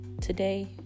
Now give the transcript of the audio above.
Today